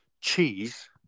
cheese